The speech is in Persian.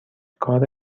کار